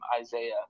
Isaiah